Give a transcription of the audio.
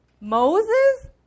Moses